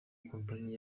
kompanyi